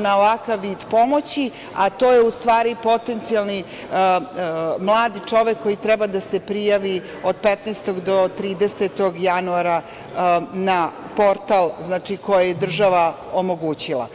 na ovakav vid pomoći, a to je, u stvari, potencijalni mlad čovek koji treba da se prijavi od 15. do 30. januara na portal koji je država omogućila.